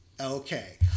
Okay